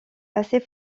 assez